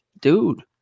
Dude